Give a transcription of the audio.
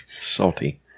salty